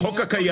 בחוק הקיים,